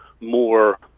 more